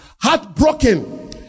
heartbroken